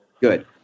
Good